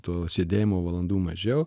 to sėdėjimo valandų mažiau